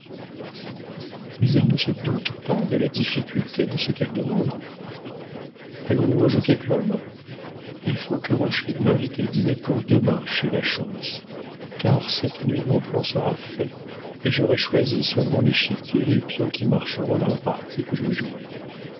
mais elle ne se doute pas de la difficulté de ce qu'elle demande allons-nous au jockey-club il faut que rochefide m'invite à dîner pour demain chez la schontz car cette nuit mon plan sera fait et j'aurai choisi sur mon échiquier les pions qui marcheront dans la partie que je vais jouer